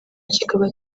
kikaba